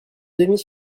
demi